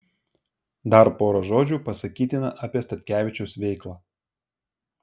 dar pora žodžių pasakytina apie statkevičiaus veiklą